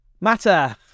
matter